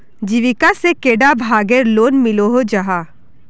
जीविका से कैडा भागेर लोन मिलोहो जाहा?